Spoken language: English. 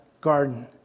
garden